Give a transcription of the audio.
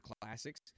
classics